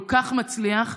כל כך מצליח,